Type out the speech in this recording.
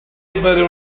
ebbero